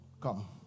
Come